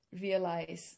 realize